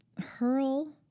hurl